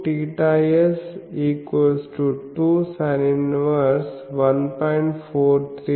43λbc అవుతుంది